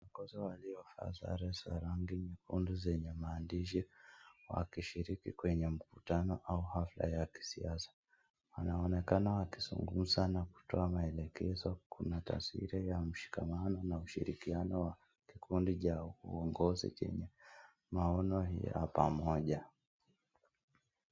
Watu waliovaa sare za rangi nyekundu zenye maandishi, wakishiriki kwenye mkutano au hafla ya kisiasa, anaonekana akizugumza akitoa maelekezo kuna taswira ya ushirikiano na ushikamano, wa kikundi cha uongozi chenye maono ya pamoja.